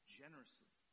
generously